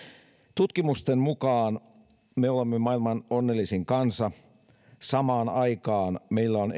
tutkimusten mukaan me olemme maailman onnellisin kansa samaan aikaan meillä on